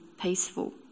peaceful